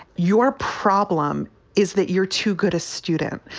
your problem is that you're too good a student,